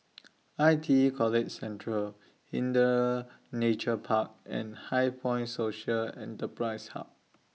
I T E College Central Hindhede Nature Park and HighPoint Social Enterprise Hub